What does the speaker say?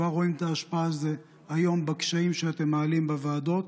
כבר רואים את ההשפעה של זה היום בקשיים שאתם מעלים בוועדות,